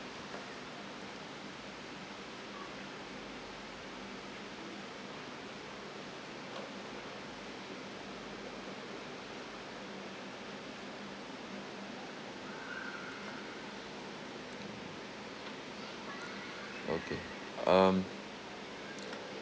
okay um